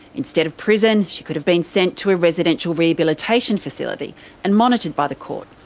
instead of prison she could have been sent to a residential rehabilitation facility and monitored by the court.